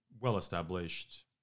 well-established